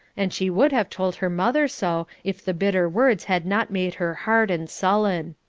and she would have told her mother so if the bitter words had not made her hard and sullen.